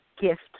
gift